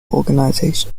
organizations